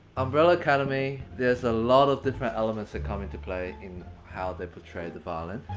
umbrella academy, there's a lot of different elements that come into play in how they portray the violin.